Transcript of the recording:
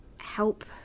help